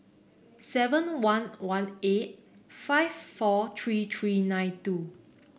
seven one one eight five four three three nine two